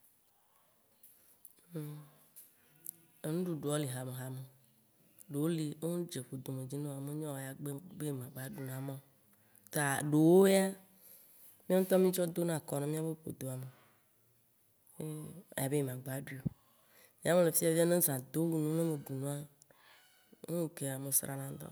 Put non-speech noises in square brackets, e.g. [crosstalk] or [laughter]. [hesitation] Enuɖuɖua wo li hame hame ɖowo lia ne wom dze ƒodo me dzi na wò oa, agbena be yem gba dza ɖu na ma, ta ɖewo ya mìɔŋtɔ mì tsɔ dona kɔ na mìabe ƒodoame, ye abe ma gbaɖui [noise] Nyea mele fiya fia, ne zã do wu ne me ɖu nu ne ŋukea me srana dɔ.